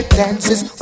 dances